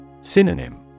Synonym